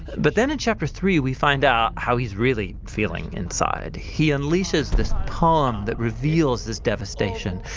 but then in chapter three we find out how he's really feeling inside. he unleashes this poem that reveals this devastation.